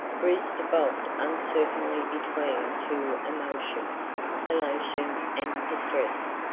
brewster bobbed uncertainly between two emotions elation and distress.